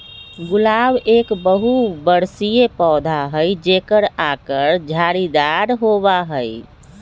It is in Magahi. गुलाब एक बहुबर्षीय पौधा हई जेकर आकर झाड़ीदार होबा हई